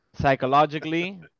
psychologically